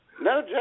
No